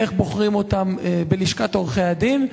איך בוחרים אותם בלשכת עורכי-הדין,